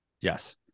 Yes